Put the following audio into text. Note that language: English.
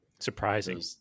Surprising